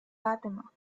fatima